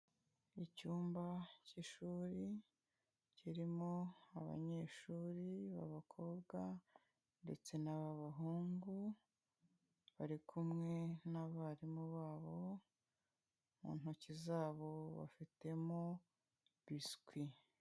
Icyumba cy'ishuri, kirimo abanyeshuri b'abakobwa ndetse n'ababahungu, bari kumwe n'abarimu babo, mu ntoki zabo bafitemo biswi.